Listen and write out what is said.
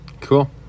Cool